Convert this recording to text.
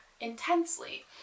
intensely